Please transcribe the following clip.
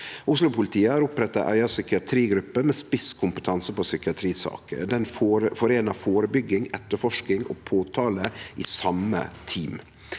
Oslo-politiet har oppretta ei eiga psykiatrigruppe med spisskompetanse på psykiatrisaker. Ho foreinar førebygging, etterforsking og påtale i same team,